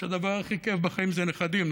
שהדבר הכי כיף בחיים זה נכדים.